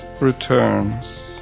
returns